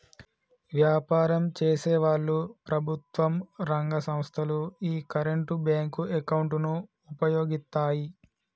వ్యాపారం చేసేవాళ్ళు, ప్రభుత్వం రంగ సంస్ధలు యీ కరెంట్ బ్యేంకు అకౌంట్ ను వుపయోగిత్తాయి